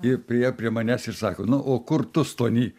i priėjo prie manęs ir sako nu o kur tu stony